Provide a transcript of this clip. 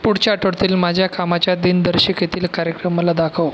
पुढच्या आठवड्यातील माझ्या कामाच्या दिनदर्शिकेतील कार्यक्रम मला दाखव